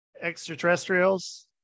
extraterrestrials